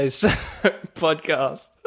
podcast